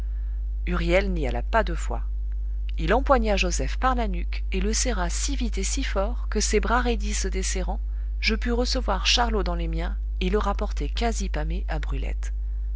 huriel n'y alla pas deux fois il empoigna joseph par la nuque et le serra si vite et si fort que ses bras raidis se desserrant je pus recevoir charlot dans les miens et le rapporter quasi pâmé à brulette